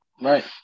right